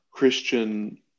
Christian